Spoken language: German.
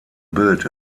bild